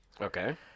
Okay